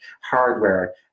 hardware